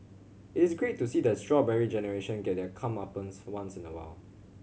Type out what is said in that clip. it is great to see the Strawberry Generation get their comeuppance once in a while